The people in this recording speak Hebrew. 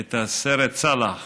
את הסרט סאלח